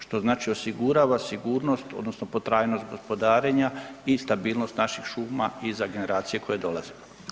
Što znači osigurava sigurnost, odnosno potrajnost gospodarenja i stabilnost naših šuma i za generacije koje dolaze.